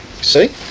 See